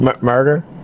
Murder